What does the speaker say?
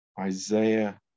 Isaiah